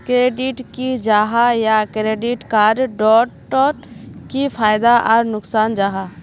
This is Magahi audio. क्रेडिट की जाहा या क्रेडिट कार्ड डोट की फायदा आर नुकसान जाहा?